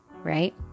Right